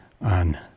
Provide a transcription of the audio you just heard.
on